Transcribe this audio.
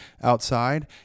outside